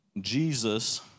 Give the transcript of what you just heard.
Jesus